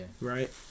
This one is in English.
Right